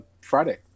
Friday